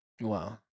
Wow